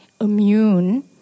immune